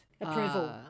Approval